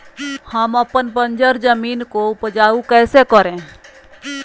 हम अपन बंजर जमीन को उपजाउ कैसे करे?